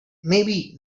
maybe